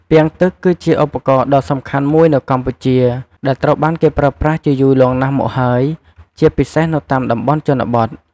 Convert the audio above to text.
ពាងទឹក គឺជាឧបករណ៍ដ៏សំខាន់មួយនៅកម្ពុជា ដែលត្រូវបានគេប្រើប្រាស់ជាយូរលង់ណាស់មកហើយ ជាពិសេសនៅតាមតំបន់ជនបទ។